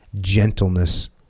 gentleness